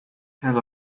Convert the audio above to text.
hill